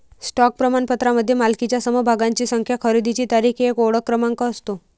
stock प्रमाणपत्रामध्ये मालकीच्या समभागांची संख्या, खरेदीची तारीख, एक ओळख क्रमांक असतो